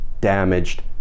damaged